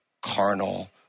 Carnal